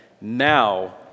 now